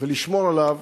ולשמור עליו,